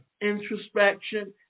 introspection